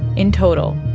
in total,